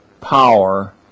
power